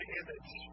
image